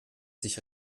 sich